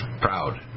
proud